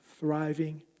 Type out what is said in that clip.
thriving